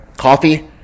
coffee